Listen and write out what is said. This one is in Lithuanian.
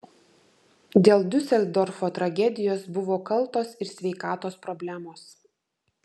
dėl diuseldorfo tragedijos buvo kaltos ir sveikatos problemos